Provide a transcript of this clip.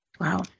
Wow